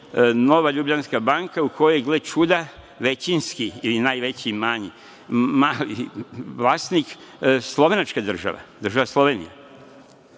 pojavi „NLB“ banka u kojoj, gle čuda, većinski ili najveći mali vlasnik slovenačka država, država Slovenija.